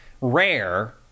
rare